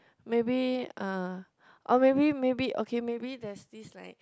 maybe uh or maybe maybe okay maybe there's this like